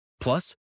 Plus